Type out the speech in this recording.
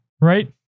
right